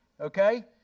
Okay